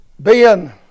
Ben